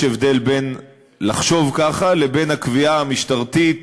יש הבדל בין לחשוב ככה לבין הקביעה המשטרתית: